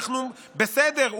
בסדר,